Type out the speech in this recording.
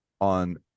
on